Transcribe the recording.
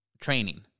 training